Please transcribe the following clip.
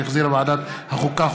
שהחזירה ועדת החוקה,